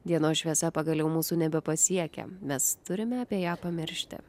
dienos šviesa pagaliau mūsų nebepasiekia mes turime apie ją pamiršti